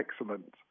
excellent